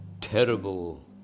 terrible